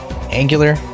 Angular